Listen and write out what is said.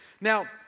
Now